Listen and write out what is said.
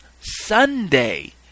Sunday